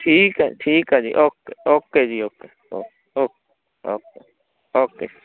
ਠੀਕ ਆ ਠੀਕ ਆ ਜੀ ਓਕੇ ਓਕੇ ਜੀ ਓਕੇ ਓਕੇ ਓਕੇ ਓਕੇ